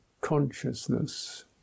consciousness